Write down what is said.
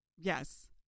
Yes